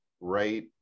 right